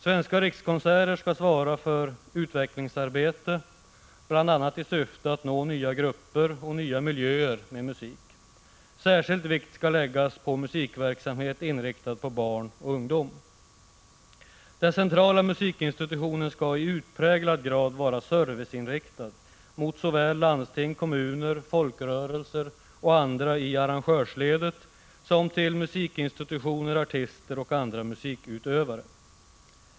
Svenska rikskonserter skall svara för utvecklingsarbete, bl.a. i syfte att nå nya grupper och nya miljöer med musik. Särskild vikt skall läggas vid musikverksamhet inriktad på barn och ungdom. Den centrala musikinstitutionen skall i utpräglad grad vara serviceinriktad mot såväl landsting, kommuner, folkrörelser och andra i arrangörsledet som musikinstitutioner, artister och andra musikutövare.